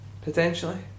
potentially